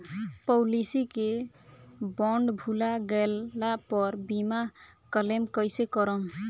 Policy के bond भुला गैला पर बीमा क्लेम कईसे करम?